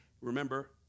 remember